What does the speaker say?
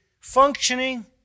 functioning